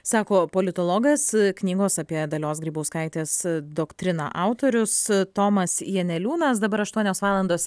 sako politologas knygos apie dalios grybauskaitės doktriną autorius tomas janeliūnas dabar aštuonios valandos